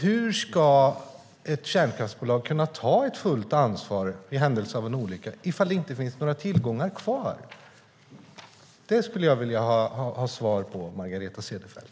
Hur ska ett kärnkraftsbolag kunna ta ett fullt ansvar i händelse av en olycka ifall det inte finns några tillgångar kvar? Det skulle jag vilja ha svar på, Margareta Cederfelt.